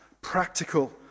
practical